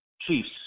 Chiefs